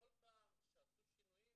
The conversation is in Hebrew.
בכל פעם שעשו שינויים